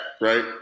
right